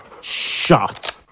shot